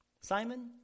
Simon